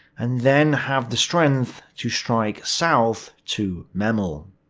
and then have the strength to strike south to memel?